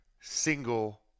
single